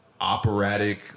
operatic